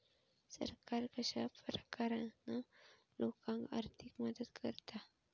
सरकार कश्या प्रकारान लोकांक आर्थिक मदत करता?